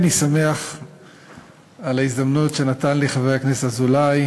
אני שמח על ההזדמנות שנתן לי חבר הכנסת אזולאי